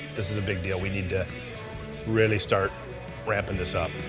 this is a big deal, we need to really start ramping this up.